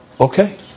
Okay